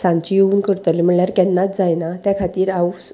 सांजचें येवन करतलें म्हणल्यार केन्नाच जायना त्या खातीर हांव